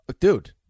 Dude